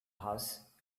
house